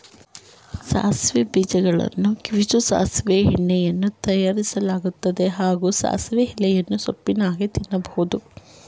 ಸಾಸಿವೆ ಬೀಜಗಳನ್ನು ಕಿವುಚಿ ಸಾಸಿವೆ ಎಣ್ಣೆಯನ್ನೂ ತಯಾರಿಸಲಾಗ್ತದೆ ಹಾಗೂ ಸಾಸಿವೆ ಎಲೆಯನ್ನು ಸೊಪ್ಪಾಗಿ ತಿನ್ಬೋದು